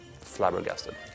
flabbergasted